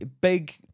Big